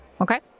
okay